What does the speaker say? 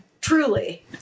Truly